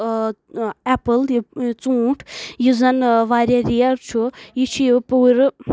Apple یہ ژونٹھ یُس زن واریاہ رِیَر چھُ یہِ چھِ یہِ پوٗرٕ